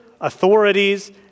authorities